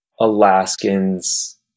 Alaskans